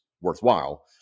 worthwhile